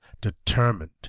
determined